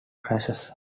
crashes